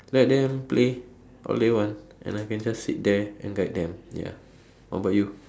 let them play all they want and I can just sit there and guide them ya what about you